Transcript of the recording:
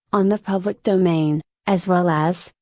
on the public domain, as well as,